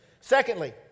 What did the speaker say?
secondly